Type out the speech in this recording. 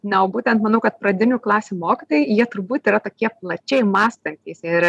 na o būtent manau kad pradinių klasių mokytojai jie turbūt yra tokie plačiai mąstantys jie yra